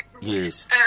yes